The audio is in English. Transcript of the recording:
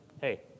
hey